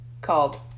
called